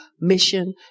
mission